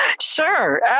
Sure